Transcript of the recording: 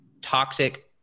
toxic